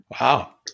Wow